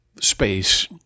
space